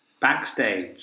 backstage